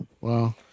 Wow